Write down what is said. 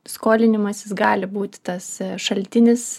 skolinimasis gali būti tas šaltinis